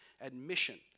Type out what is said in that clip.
admission